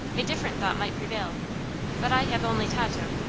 a different thought might prevail but i have only tato,